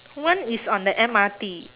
one is on the M_R_T